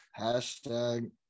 Hashtag